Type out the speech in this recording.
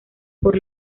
por